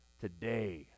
today